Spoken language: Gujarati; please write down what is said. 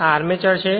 આ આર્મચર છે